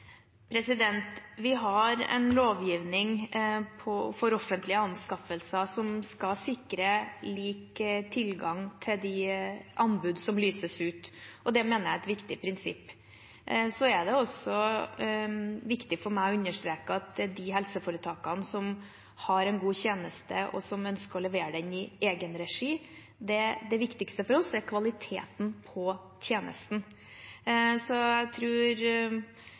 Vi har en lovgivning for offentlige anskaffelser som skal sikre lik tilgang til de anbud som lyses ut, og det mener jeg er et viktig prinsipp. Det er også viktig for meg å understreke når det gjelder de helseforetakene som har en god tjeneste, og som ønsker å levere i egenregi, at det viktigste for oss er kvaliteten på tjenesten. Så jeg